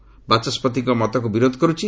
ଏହା ବାଚସ୍କତିଙ୍କ ମତକୁ ବିରୋଧ କରୁଛି